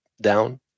down